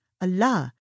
Allah